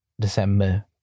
December